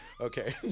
Okay